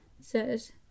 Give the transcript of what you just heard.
says